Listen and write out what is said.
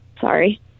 Sorry